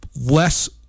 less